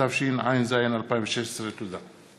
התשע"ז 2016. תודה.